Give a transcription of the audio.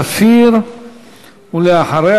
תודה,